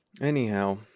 Anyhow